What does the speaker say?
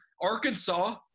Arkansas